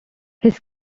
his